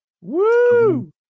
Woo